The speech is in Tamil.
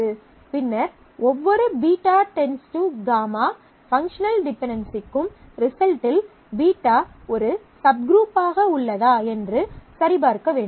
பின்னர் ஒவ்வொரு β → γ பங்க்ஷனல் டிபென்டென்சிக்கும் ரிசல்ட்டில் β ஒரு சப்குரூப் ஆக உள்ளதா என்று சரி பார்க்க வேண்டும்